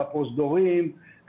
בפרוזדורים.